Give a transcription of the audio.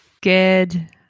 Good